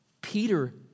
Peter